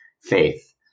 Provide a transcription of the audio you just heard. faith